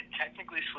technically